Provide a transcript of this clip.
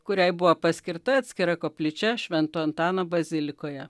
kuriai buvo paskirta atskira koplyčia švento antano bazilikoje